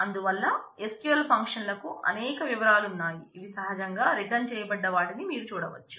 అందువల్ల SQL function లకు అనేక వివరాలు న్నాయి ఇవి సహజంగా రిటర్న్ చేయబడ్డ వాటిని మీరు చూడవచ్చు